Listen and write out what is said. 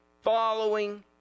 following